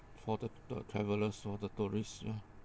for the the travelers for the tourists you know